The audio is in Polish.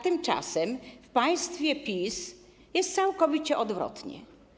Tymczasem w państwie PiS jest całkowicie odwrotnie.